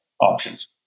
options